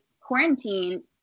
quarantine